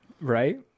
right